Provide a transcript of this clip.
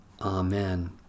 Amen